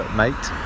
mate